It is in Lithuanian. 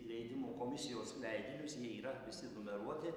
leidimo komisijos leidinius jie yra visi numeruoti